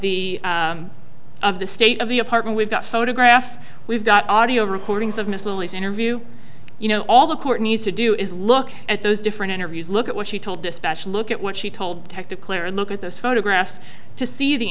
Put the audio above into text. the of the state of the apartment we've got photographs we've got audio recordings of miss louise interview you know all the court needs to do is look at those different interviews look at what she told dispatch look at what she told the tech to clear and look at those photographs to see the